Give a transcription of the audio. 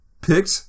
picked